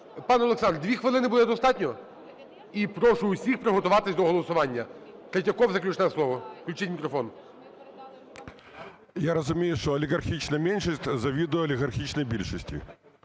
Я розумію, що олігархічна меншість завидує олігархічній більшості.